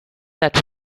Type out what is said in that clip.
that